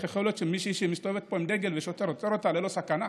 איך יכול להיות שמישהי מסתובבת פה עם דגל ושוטר עוצר אותה ללא סכנה.